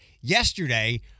yesterday